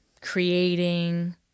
creating